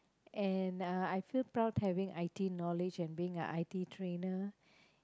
and uh I feel proud having I_T knowledge and being a I_T trainer